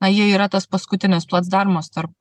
na jie yra tas paskutinis placdarmas tarp